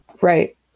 right